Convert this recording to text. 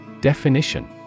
Definition